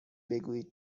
بگویید